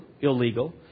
illegal